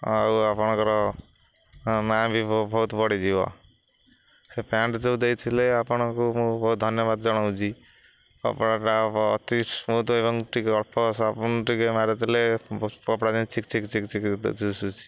ଆଉ ଆପଣଙ୍କର ନାଁ ବି ବହୁତ ବଢ଼ିଯିବ ସେ ପ୍ୟାଣ୍ଟ ଯେଉଁ ଦେଇଥିଲେ ଆପଣଙ୍କୁ ମୁଁ ବହୁତ ଧନ୍ୟବାଦ ଜଣାଉଛି କପଡ଼ାଟା ଅତି ସ୍ମୁଥ ଏବଂ ଟିକେ ଅଳ୍ପ ସାବୁନ ଟିକେ ମାରିଦେଲେ କପଡ଼ା ଯେ ଚିକ୍ ଚିକ୍ ଚିକ୍ ଚିକ୍ ଦିଶୁଛି